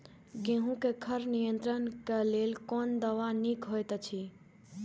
गेहूँ क खर नियंत्रण क लेल कोन दवा निक होयत अछि?